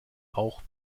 auch